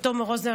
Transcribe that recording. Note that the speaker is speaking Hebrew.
לתומר רוזנר,